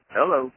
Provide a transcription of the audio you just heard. Hello